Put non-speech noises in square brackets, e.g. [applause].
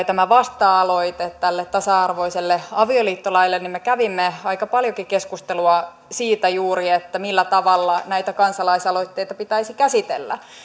[unintelligible] tämä vasta aloite tälle tasa arvoiselle avioliittolaille me kävimme aika paljonkin keskustelua juuri siitä millä tavalla näitä kansalaisaloitteita pitäisi käsitellä